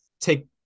take